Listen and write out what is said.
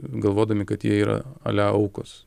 galvodami kad jie yra ale aukos